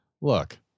look